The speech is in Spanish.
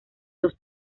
dos